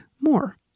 more